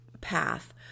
path